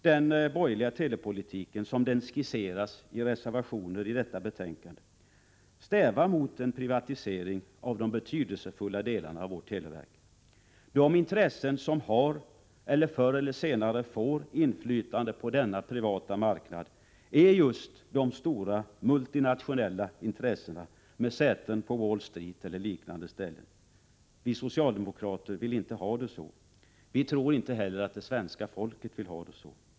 Den borgerliga telepolitiken, som den skisseras i reservationer till detta betänkande, stävar mot en privatisering av de betydelsefulla delarna av vårt televerk. De intressen som har eller förr eller senare får inflytandet på denna privata marknad är just de stora multinationella intressena med säten på Wall Street eller liknande ställen. Vi socialdemokrater vill inte ha det så. Vi tror inte heller att svenska folket vill ha det så.